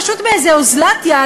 פשוט באיזו אוזלת יד,